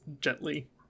gently